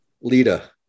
Lita